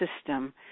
system